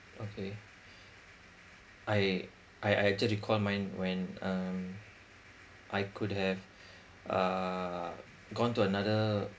okay I I I just recalled mine when um I could have uh gone to another